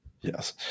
Yes